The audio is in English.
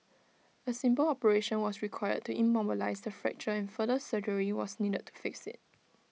A simple operation was required to immobilise the fracture and further surgery was needed to fix IT